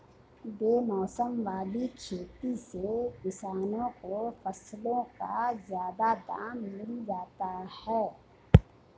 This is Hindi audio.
बेमौसम वाली खेती से किसानों को फसलों का ज्यादा दाम मिल जाता है